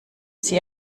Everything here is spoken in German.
sie